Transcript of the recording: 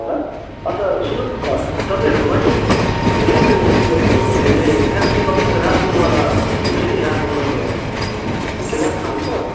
ल अन्त सुन्नुहोस् न तपाईँहरूकोमा नि त्यो के अरे क्याप्सिकम नै त्यो रातो वाला हुन्छ नि रातो पहेँलो वाला त्यो राख्नुहुन्छ